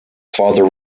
father